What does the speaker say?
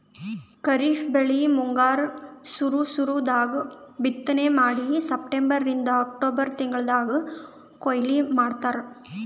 ಖರೀಫ್ ಬೆಳಿ ಮುಂಗಾರ್ ಸುರು ಸುರು ದಾಗ್ ಬಿತ್ತನೆ ಮಾಡಿ ಸೆಪ್ಟೆಂಬರಿಂದ್ ಅಕ್ಟೋಬರ್ ತಿಂಗಳ್ದಾಗ್ ಕೊಯ್ಲಿ ಮಾಡ್ತಾರ್